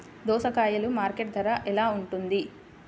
దోసకాయలు మార్కెట్ ధర ఎలా ఉంటుంది?